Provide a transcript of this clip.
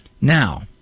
Now